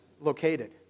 located